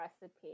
recipe